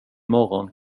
imorgon